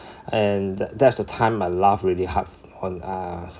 and that that's the time I laugh really hard on uh